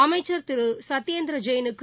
அமைச்சா் திரு சத்யேந்திர ஜெயினுக்கு